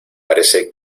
parece